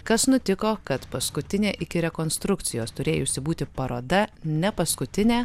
kas nutiko kad paskutinė iki rekonstrukcijos turėjusi būti paroda nepaskutinė